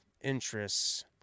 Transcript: interests